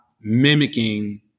mimicking